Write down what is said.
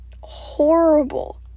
horrible